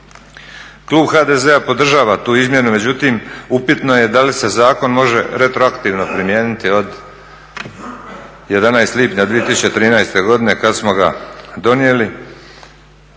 Klub HDZ-a podržava tu izmjenu, međutim upitno je da li se zakon može retroaktivno primijeniti od 11. lipnja 2013. godine kad smo ga donijeli.